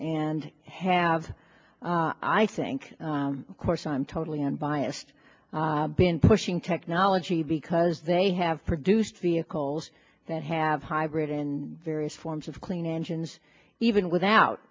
and have i think course i'm totally unbiased been pushing technology because they have produced vehicles that have hybrid in various forms of clean engines even without